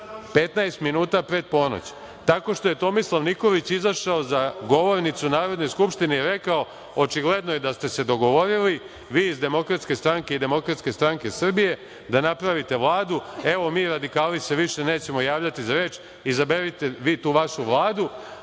15 minuta pred ponoć, tako što je Tomislav Nikolić izašao za govornicu Narodne skupštine i rekao - očigledno je da ste se dogovorili vi iz DS i DSS da napravite Vladu, evo mi radikali se više nećemo javljati za reč, izaberite vi tu vašu Vladu,